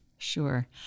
Sure